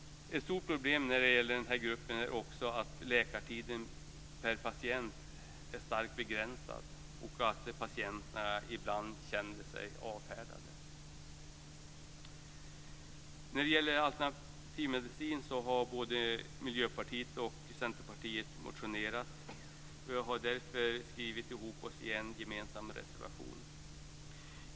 Ett stort problem när det gäller den här gruppen är också att läkartiden per patient är starkt begränsad och att patienterna känner sig avfärdade. När det gäller alternativmedicin har både Miljöpartiet och Centerpartiet motionerat. Vi har därför skrivit ihop oss i en gemensam reservation.